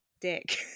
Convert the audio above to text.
dick